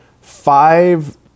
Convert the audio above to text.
five